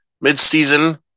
mid-season